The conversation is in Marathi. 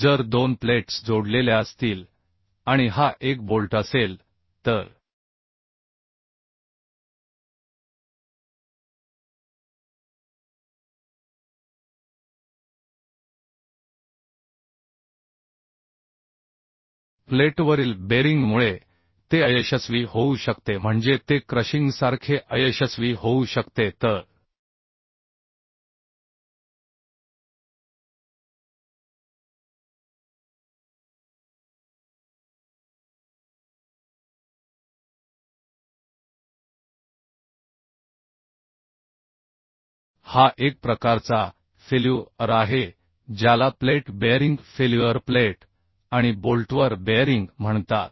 जर दोन प्लेट्स जोडलेल्या असतील आणि हा एक बोल्ट असेल तर प्लेटवरील बेरिंगमुळे ते अयशस्वी होऊ शकते म्हणजे ते क्रशिंगसारखे अयशस्वी होऊ शकते तर हा एक प्रकारचा फेल्यु अर आहे ज्याला प्लेट बेअरिंग फेल्युअर प्लेट आणि बोल्टवर बेअरिंग म्हणतात